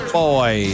boy